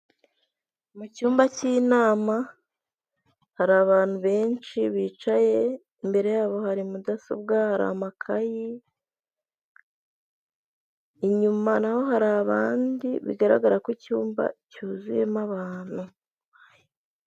Mu cyumba cy'inama hari abantu benshi bicaye, imbere yabo hari mudasobwa, hari amakayi, inyuma na ho hari abandi, bigaragara ko icyumba cyuzuyemo abantu.